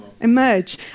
emerge